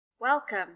Welcome